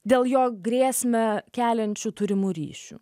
dėl jo grėsmę keliančių turimų ryšių